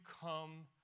come